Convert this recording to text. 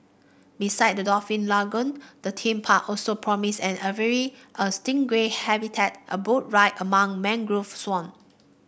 besides the dolphin lagoon the theme park also promises an aviary a stingray habitat and boat ride among mangrove swamp